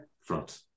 front